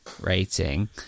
Rating